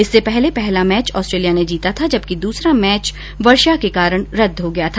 इससे पहले पहला मैच ऑस्ट्रेलिया ने जीता था जबकि दूसरा मैच वर्षा के कारण रदद हो गया था